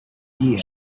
year